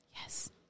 Yes